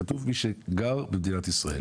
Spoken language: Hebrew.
כתוב מי שגר במדינת ישראל.